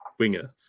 wingers